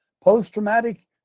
post-traumatic